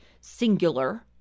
singular